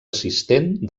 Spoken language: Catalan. assistent